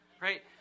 right